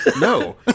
no